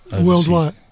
worldwide